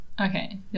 Okay